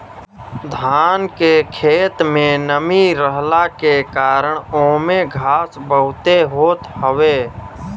धान के खेत में नमी रहला के कारण ओमे घास बहुते होत हवे